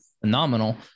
phenomenal